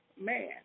man